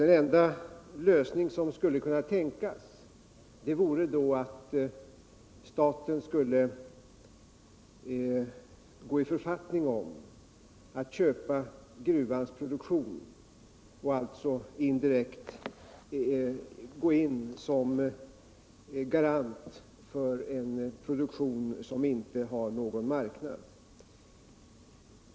Den enda lösning som skulle kunna tänkas vore att staten skulle gå I författning om att köpa gruvans produktion och alltså indirekt gå in som garant för en produktion som inte har någon marknad.